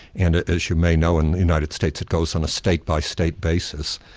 and as you may know in the united states it goes on a state by state basis.